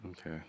Okay